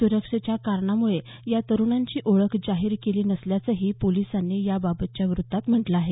सुरक्षेच्या कारणांमुळे या तरुणांची ओळख जाहिर केली नसल्याचंही पोलिसांनी या याबाबतच्या वृत्तात म्हटलं आहे